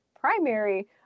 primary